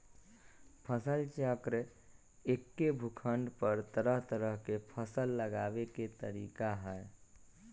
फसल चक्र एक्के भूखंड पर तरह तरह के फसल लगावे के तरीका हए